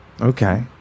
okay